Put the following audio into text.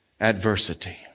adversity